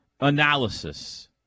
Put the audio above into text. analysis